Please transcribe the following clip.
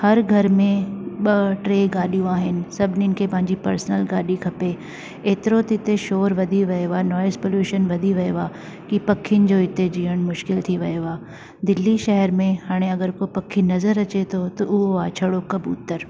हर घर में ॿ टे गाॾियूं आहिनि सभनीनि खे पंहिंजी पर्सनल गाॾी खपे एतिरो त उते शोर वधी वियो आहे नॉइस पोल्यूशन वधी वियो आहे की पखियुनि जो हिते जीअणु मुश्किल थी वियो आहे दिल्ली शहर में हाणे अगरि को पखी नज़रि अचे थो त उहो आहे छाड़ो कबूतर